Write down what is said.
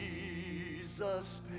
Jesus